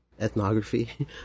ethnography